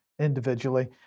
individually